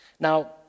Now